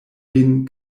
vin